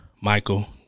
Michael